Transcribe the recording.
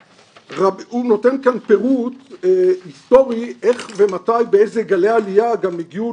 הוא נותן כאן פירוט היסטורי איך ומתי ובאיזה גלי עלייה הגיעו